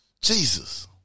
Jesus